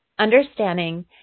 understanding